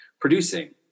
producing